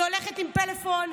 היא הולכת עם פלאפון,